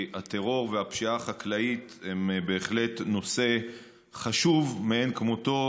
כי הטרור והפשיעה החקלאית הם בהחלט נושא חשוב מאין כמותו,